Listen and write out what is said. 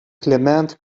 clement